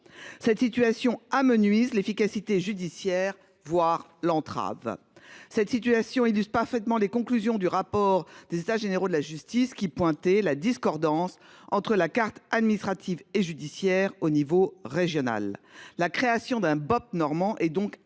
cette situation amenuise l'efficacité judiciaire. Voir l'entrave cette situation illustre parfaitement les conclusions du rapport des états généraux de la justice qui pointé la discordance entre la carte administrative et judiciaire au niveau régional, la création d'un BOP Normand est donc